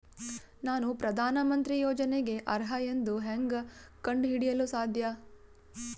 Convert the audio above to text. ನಾನು ಪ್ರಧಾನ ಮಂತ್ರಿ ಯೋಜನೆಗೆ ಅರ್ಹ ಎಂದು ಹೆಂಗ್ ಕಂಡ ಹಿಡಿಯಲು ಸಾಧ್ಯ?